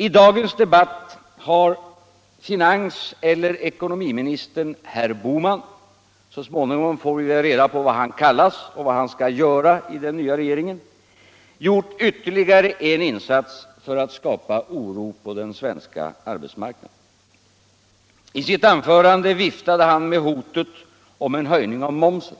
I dagens debatt har finanseller ekonomiministern herr Bohman — så småningom får vi väl reda på vad han skall kallas och vad han skall göra i den nya regeringen — gjort ytterligare en insats för att skapa oro på den svenska arbetsmarknaden. I sitt anförande viftade han med hotet om en höjning av momsen